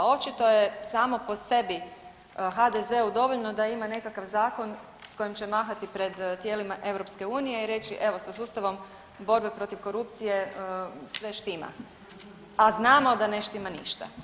Očito je samo po sebi HDZ-u dovoljno da ima nekakav zakon s kojim će mahati pred tijelima EU i reći, evo sa sustavom borbe protiv korupcije sve štima, a znamo da ne štima ništa.